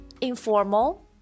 informal